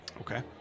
Okay